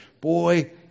Boy